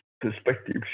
perspective